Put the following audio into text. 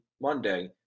Monday